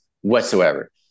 whatsoever